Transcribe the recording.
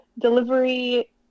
delivery